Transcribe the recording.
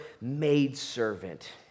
maidservant